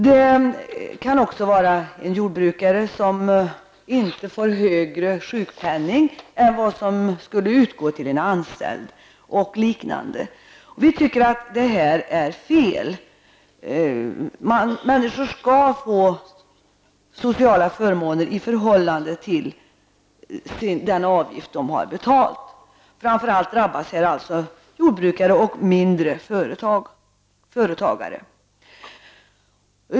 Det kan också gälla den jordbrukare som inte får högre sjukpenning än den sjukpenning som skulle ha utgått till en anställd, osv. Vi tycker att det är fel att det kan vara så. Människor skall ha sociala förmåner i förhållande till de pengar som de har betalat in i form av avgifter. Framför allt drabbas alltså jordbrukare och småföretagare.